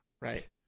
right